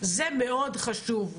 זה מאוד חשוב.